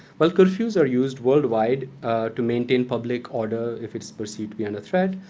while curfews are used worldwide to maintain public order if it's perceived to be under threat,